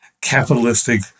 capitalistic